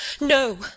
no